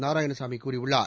நாராயணசாமி கூறியுள்ளார்